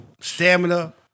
Stamina